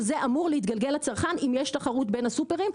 שזה אמור להתגלגל לצרכן אם ישנה תחרות בין הסופרים,